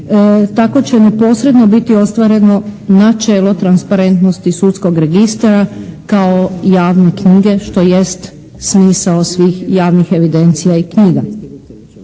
Tako će neposredno biti ostvareno načelo transparentnosti sudskog registra kao javne knjige što jest smisao svih javnih evidencija i knjiga.